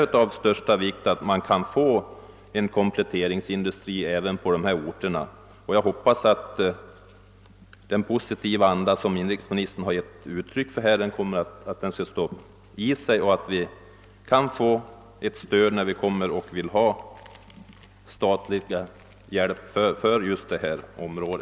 Det är av största vikt att det kan komma till stånd en kompletteringsindu stri på dessa orter, och jag hoppas att den positiva anda som inrikesministern givit uttryck åt kommer att bestå, så att vi kan få stöd när vi vill ha statlig hjälp på detta område.